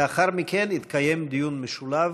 לאחר מכן יתקיים דיון משולב,